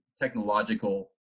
technological